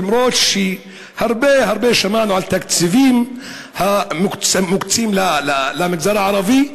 אומנם הרבה הרבה שמענו על תקציבים המוקצים למגזר הערבי,